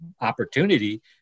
opportunity